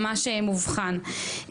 ממש מובחן.